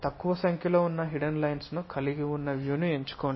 తక్కువ సంఖ్యలో hidden lines ను కలిగి ఉన్న వ్యూను ఎంచుకోండి